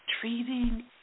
treating